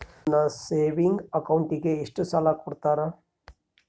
ನನ್ನ ಸೇವಿಂಗ್ ಅಕೌಂಟಿಗೆ ಎಷ್ಟು ಸಾಲ ಕೊಡ್ತಾರ?